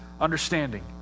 understanding